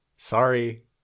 Sorry